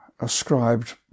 ascribed